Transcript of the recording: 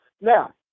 Now